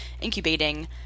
incubating